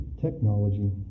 Technology